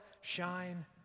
shine